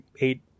eight